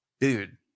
dude